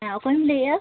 ᱦᱮᱸ ᱚᱠᱚᱭᱮᱢ ᱞᱟᱹᱭᱮᱫᱼᱟ